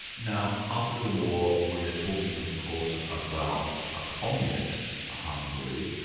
now after the war, we're talking of course about a communist hungary,